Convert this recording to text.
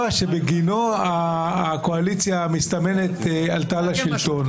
שבגינו הקואליציה המסתמנת עלתה לשלטון.